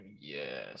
yes